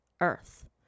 Earth